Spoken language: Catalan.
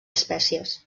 espècies